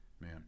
Man